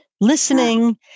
listening